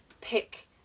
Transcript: pick